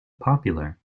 popular